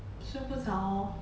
睡不着 lor